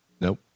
nope